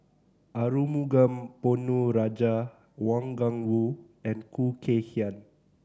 Arumugam Ponnu Rajah Wang Gungwu and Khoo Kay Hian